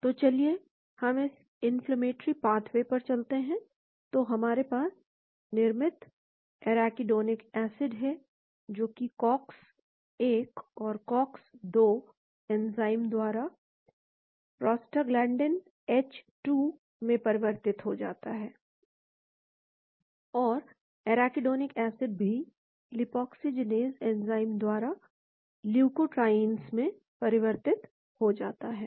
तो चलिए हम इस इन्फ्लेमेटरी पाथवे पर चलते हैं तो हमारे पास निर्मित एराकिडोनिक एसिड है जो कि कॉक्स 1 और कॉक्स 2 एंजाइम द्वारा प्रोस्टाग्लैंडीन एच2 में परिवर्तित हो जाता है और एराकिडोनिक एसिड भी लिपोक्सिजीनेज़ एंजाइम द्वारा ल्यूकोट्राईइन में परिवर्तित हो जाता है